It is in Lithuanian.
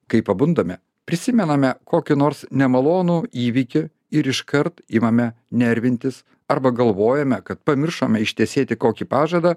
kai pabundame prisimename kokį nors nemalonų įvykį ir iškart imame nervintis arba galvojame kad pamiršome ištesėti kokį pažadą